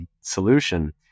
solution